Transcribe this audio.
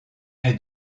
est